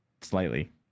slightly